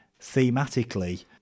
thematically